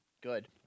Good